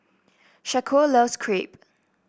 Shaquille loves Crepe